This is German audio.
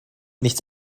nichts